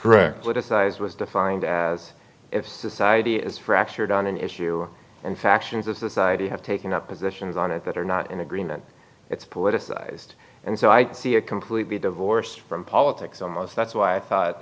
politicized was defined as if society is fractured on an issue and factions of society have taken up positions on it that are not in agreement it's politicized and so i see a completely divorced from politics almost that's why i thought